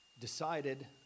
decided